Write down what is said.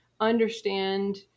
understand